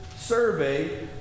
survey